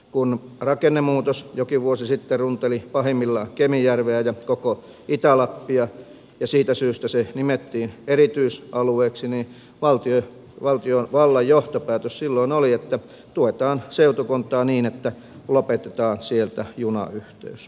kun rakennemuutos jokin vuosi sitten runteli pahimmillaan kemijärveä ja koko itä lappia ja siitä syystä se nimettiin erityisalueeksi niin valtiovallan johtopäätös silloin oli että tuetaan seutukuntaa niin että lopetetaan sieltä junayhteys